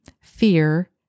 fear